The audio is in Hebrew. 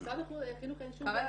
למשרד החינוך אין שום בעיה.